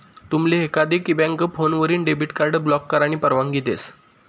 तुमले एकाधिक बँक फोनवरीन डेबिट कार्ड ब्लॉक करानी परवानगी देस